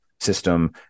system